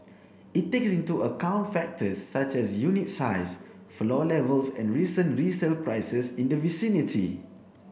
it takes into account factors such as unit size floor levels and recent resale prices in the vicinity